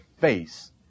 face